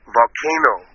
volcano